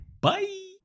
bye